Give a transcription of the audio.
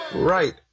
Right